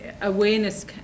awareness